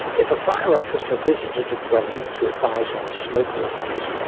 if a fire-officer visited a dwelling to advise on smoke alarms,